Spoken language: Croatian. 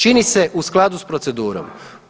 Čini se u skladu s procedurom.